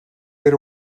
era